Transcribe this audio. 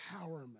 empowerment